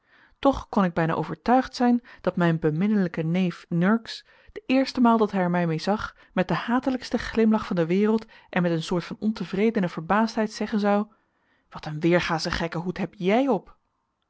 toch kon ik bijna overtuigd zijn dat mijn beminnelijke neef nurks de eerste maal dat hij er mij mee zag met den hatelijksten glimlach van de wereld en met een soort van ontevredene verbaasdheid zeggen zou wat een weergaschen gekken hoed heb jij op